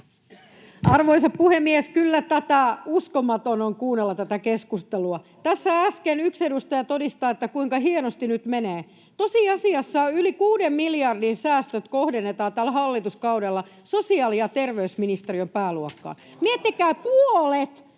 Arvoisa puhemies! Kyllä tätä uskomatonta on kuunnella, tätä keskustelua. Tässä äsken yksi edustaja todisti, kuinka hienosti nyt menee. Tosiasiassa yli kuuden miljardin säästöt kohdennetaan tällä hallituskaudella sosiaali- ja terveysministeriön pääluokkaan. Miettikää: puolet